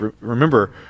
remember